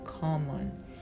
common